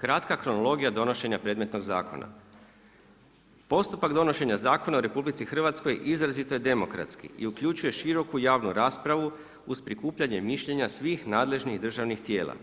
Kratka kronologija donošenja predmetnog zakona. postupak donošenja zakona u RH izrazito je demokratski i uključuje široku javnu raspravu uz prikupljanje mišljenja svih nadležnih državnih tijela,